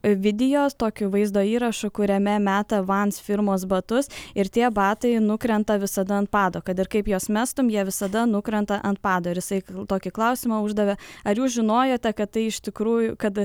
video tokiu vaizdo įrašu kuriame meta vans firmos batus ir tie batai nukrenta visada ant pado kad ir kaip juos mestum jie visada nukrenta ant pado ir jisai tokį klausimą uždavė ar jūs žinojote kad tai iš tikrųjų kad